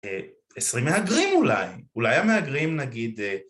עשרים מהגרים אולי, אולי המהגרים נגיד